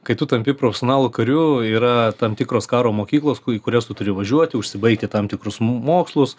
kai tu tampi profesionalu kariu yra tam tikros karo mokyklos kurias tu turi važiuoti užsibaigti tam tikrus m mokslus